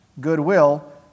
goodwill